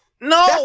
No